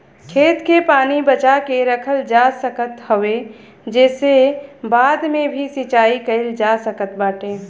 खेत के पानी बचा के रखल जा सकत हवे जेसे बाद में भी सिंचाई कईल जा सकत बाटे